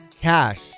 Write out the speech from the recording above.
cash